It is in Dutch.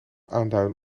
aanduiden